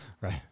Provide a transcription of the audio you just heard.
right